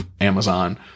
Amazon